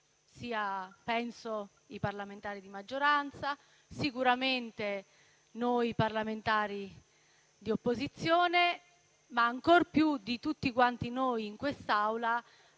sia i parlamentari di maggioranza, sicuramente noi parlamentari di opposizione, ma ancor più di tutti quanti noi in quest'Aula